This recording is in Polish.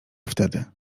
wtedy